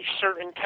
certain